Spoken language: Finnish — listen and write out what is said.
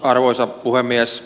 arvoisa puhemies